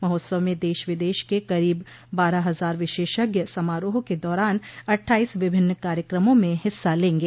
महोत्सव में देश विदेश के करीब बारह हजार विशेषज्ञ समारोह के दौरान अट्ठाईस विभिन्न कार्यक्रमों में हिस्सा लेंगे